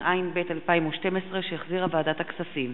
התשע"ב 2012, שהחזירה ועדת הכספים.